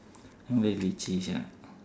very leceh sia